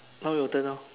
now your turn lor